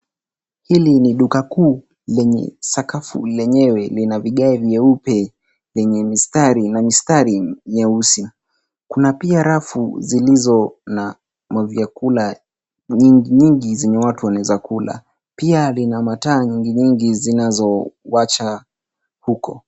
Hili ni duka kuu lenye sakafu lenyewe lina vigae vyeupe yenye mistari na mistari mieusi. Kuna pia rafu zilizo na mavyakula nyingi nyingi zenye watu wanaweza kula. Pia linamataa nyingi nyingi zinazo washa huko.